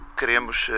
queremos